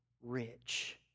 rich